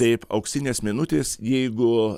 taip auksinės minutės jeigu